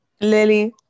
Lily